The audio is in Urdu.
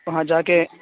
وہاں جا کے